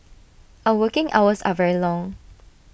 our working hours are very long